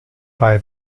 bei